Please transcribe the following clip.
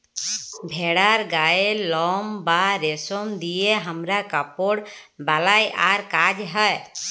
ভেড়ার গায়ের লম বা রেশম দিয়ে হামরা কাপড় বালাই আর কাজ হ্য়